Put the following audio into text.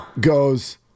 Goes